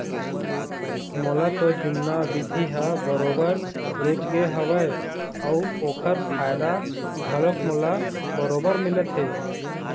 मोला तो जुन्ना बिधि ह बरोबर रुचगे हवय अउ ओखर फायदा घलोक मोला बरोबर मिलत हे